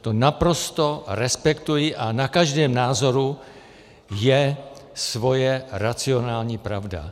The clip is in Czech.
To naprosto respektuji a na každém názoru je jeho racionální pravda.